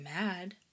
mad